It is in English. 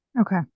Okay